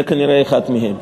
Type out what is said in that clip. זה כנראה אחד מהם.